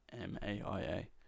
M-A-I-A